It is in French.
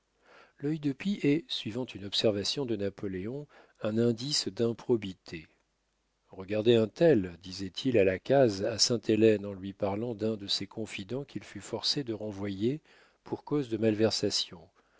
l'œil de pie est suivant une observation de napoléon un indice d'improbité regardez un tel disait-il à las cazes à sainte-hélène en lui parlant d'un de ses confidents qu'il fut forcé de renvoyer pour cause de malversations